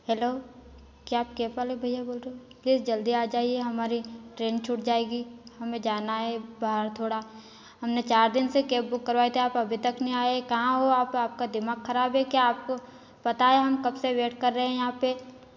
hello क्या आप cab वाले भैया बोल रहे हो प्लीज जल्दी आ जाइए हमारी ट्रेन छूट जाएगी हमें जाना है बाहर थोड़ा हमने चार दिन से कैब बुक करवाए थे आप अभी तक नहीं आए कहाँ हो आप आपका दिमाग ख़राब है क्या आपको पता है हम कब से वेट कर रहे हैं यहाँ पर